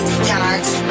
starts